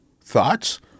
thoughts